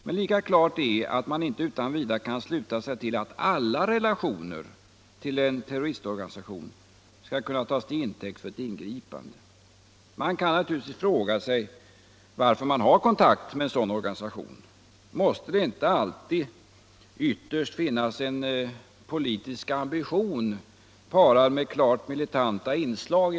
Men lika klart är att man inte utan vidare kan sluta sig till att alla relationer till en terroristorganisation skall kunna tas till intäkt för ett ingripande. Man kan fråga sig varför en person har kontakt med en sådan organisation. Måste det inte alltid i de här fallen ytterst finnas en politisk ambition, parad med klart militanta inslag?